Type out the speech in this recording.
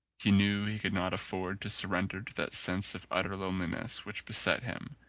he knew he could not afford to surrender to that sense of utter loneliness which beset him,